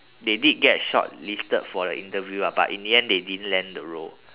they did get shortlisted for the interview ah but in the end they didn't land the role